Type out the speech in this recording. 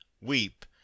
weep